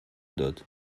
داد